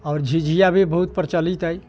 आओर झिझिया भी बहुत प्रचलित अइ